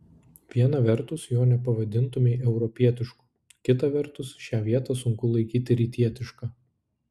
viena vertus jo nepavadintumei europietišku kita vertus šią vietą sunku laikyti rytietiška